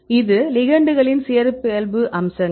இது லிகெண்ட்களின் சிறப்பியல்பு அம்சங்கள்